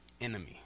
enemy